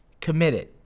committed